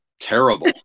terrible